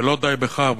ולא די בכך.